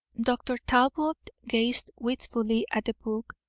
dr. talbot gazed wistfully at the book.